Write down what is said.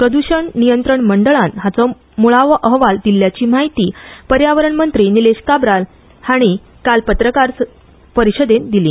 प्रदश्ण नियंत्रण मंडळान हाचो मुळावो अहवाल दिल्याची माहिती पर्यावरण मंत्री निलेश काब्राल आयज पत्रकार परिशदेंत दिली